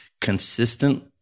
consistent